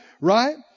right